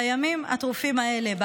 בימים הטרופים האלה,